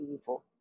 evil